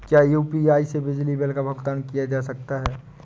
क्या यू.पी.आई से बिजली बिल का भुगतान किया जा सकता है?